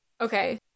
Okay